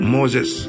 Moses